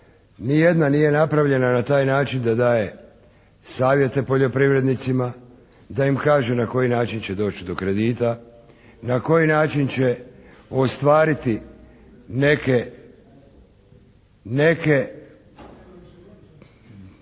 nijedna nije napravljena na taj način da daje savjete poljoprivrednicima, da im kaže na koji način će doći do kredita, na koji način će ostvariti neke,